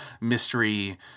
mystery